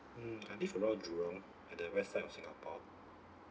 mm I live around jurong at the west side of singapore